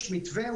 יש מתווה,